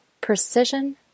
precision